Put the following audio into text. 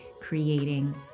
creating